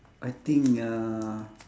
I think uh